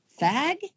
fag